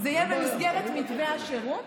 זה יהיה במסגרת מתווה השירות,